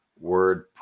word